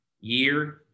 year